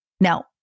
Now